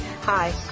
Hi